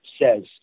says